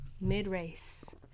mid-race